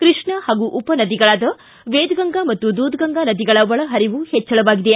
ಕೃಷ್ಣಾ ಹಾಗೂ ಉಪನದಿಗಳಾದ ವೇದಗಂಗಾ ಮತ್ತು ದೂದಗಂಗಾ ನದಿಗಳ ಒಳಹರಿವು ಹೆಚ್ವಳವಾಗಿದೆ